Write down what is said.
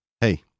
Hey